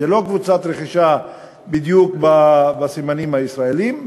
זאת לא קבוצת רכישה בדיוק בסימנים הישראליים,